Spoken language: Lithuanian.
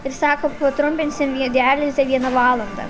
ir sako patrumpinsim dializę viena valanda